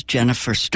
Jennifer